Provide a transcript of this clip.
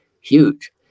huge